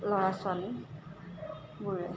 ল'ৰা ছোৱালীবোৰে